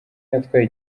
yatwaye